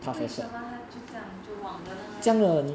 为什么它就这样就忘了呢